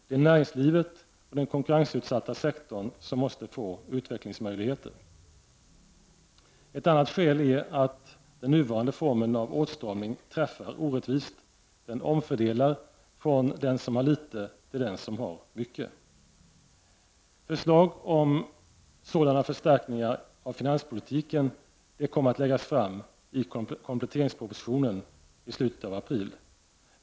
Det är näringslivet och den konkurrensutsatta sektorn som måste få utvecklingsmöjligheter. Ett annat skäl är att den nuvarande formen av åtstramning träffar orättvist. Den omfördelar från den som har litet till den som har mycket. Förslag om sådana förstärkningar av finanspolitiken kommer att läggas fram i kompletteringspropositionen i slutet av april.